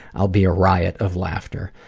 i'll be a riot of laughter.